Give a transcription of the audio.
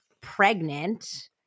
pregnant